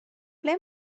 ble